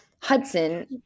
Hudson